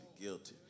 guilty